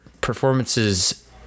performances